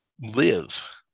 live